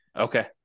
Okay